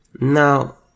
Now